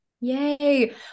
Yay